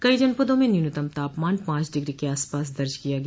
कई जनपदों में न्यूनतम तापमान पांच डिग्री के आसपास दर्ज किया गया